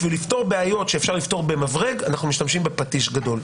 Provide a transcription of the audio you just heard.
בשביל לפתור בעיות שאפשר לפתור במברג אנחנו משתמשים בפטיש גדול.